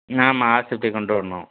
ஆமாம் ஆஸ்பத்திரி கொண்டு வரணும்